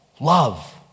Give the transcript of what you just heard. love